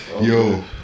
Yo